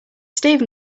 steven